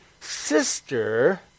sister